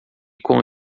com